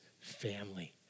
family